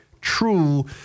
true